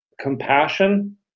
compassion